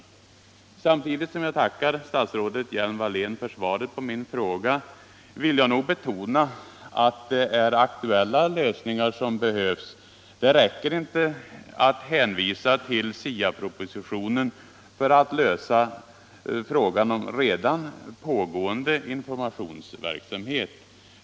ungdomsförbun Samtidigt som jag tackar statsrådet Hjelm-Wallén för svaret på min — dens medverkan i fråga vill jag betona att det är aktuella lösningar som behövs. Det räcker — skolans samhällsininte att hänvisa till SIA-propositionen för att lösa frågan om redan på — formation gående informationsverksamhet.